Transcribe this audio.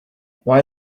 while